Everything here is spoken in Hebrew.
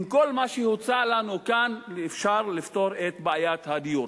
עם כל מה שהוצע לנו כאן, לפתור את בעיית הדיור?